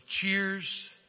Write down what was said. cheers